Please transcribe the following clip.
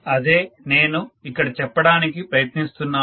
అదే నేను ఇక్కడ చెప్పడానికి ప్రయత్నిస్తున్నాను